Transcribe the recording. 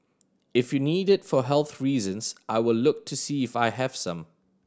if you need it for health reasons I will look to see if I have some